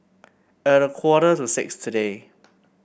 at a quarter to six today